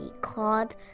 called